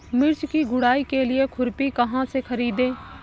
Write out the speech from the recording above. मिर्च की गुड़ाई के लिए खुरपी कहाँ से ख़रीदे?